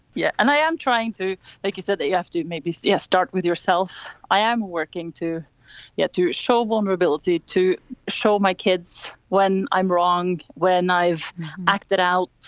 yeah. and i am trying to think you said that you have to maybe yeah start with yourself. i am working to get to show vulnerability, to show my kids when i'm wrong, when i've acted out.